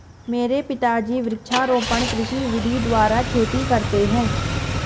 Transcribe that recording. मेरे पिताजी वृक्षारोपण कृषि विधि द्वारा खेती करते हैं